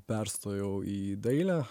perstojau į dailę